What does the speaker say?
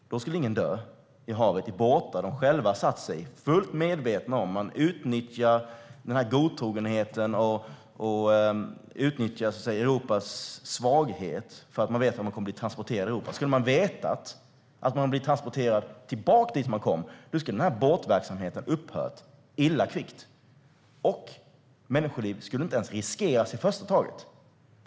Då skulle ingen dö i havet. Det är båtar som de själva har satt sig i, fullt medvetna om hur det är. Man utnyttjar godtrogenheten och, så att säga, Europas svaghet. Man vet att man kommer att bli transporterad till Europa. Skulle man veta att man blir transporterad tillbaka dit man kom ifrån skulle den här båtverksamheten upphört illa kvickt, och människoliv skulle inte ens riskeras i första taget.